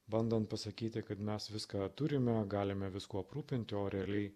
bandant pasakyti kad mes viską turime galime viskuo aprūpinti o realiai